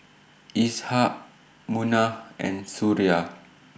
Ishak Munah and Suria